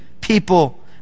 People